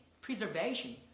preservation